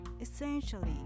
essentially